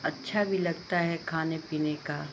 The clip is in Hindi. अच्छा भी लगता है खाने पीने का